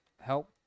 help